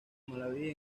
malawi